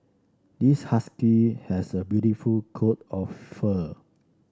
this husky has a beautiful coat of fur